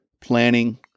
planning